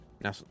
Now